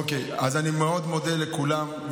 אוקיי, אז אני מאוד מודה לכולם.